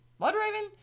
Bloodraven